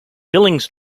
billings